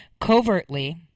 covertly